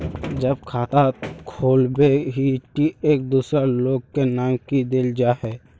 जब खाता खोलबे ही टी एक दोसर लोग के नाम की देल जाए है?